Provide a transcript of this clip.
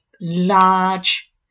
large